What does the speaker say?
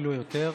אפילו יותר,